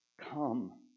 Come